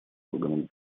органом